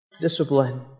discipline